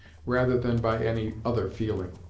rather than by any other feeling.